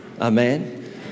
Amen